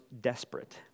desperate